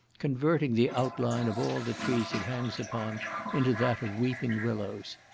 converting the outline of all the trees it hangs upon into that of weeping willows.